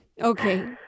Okay